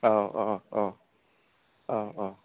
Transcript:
औ औ औ औ औ